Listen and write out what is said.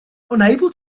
unable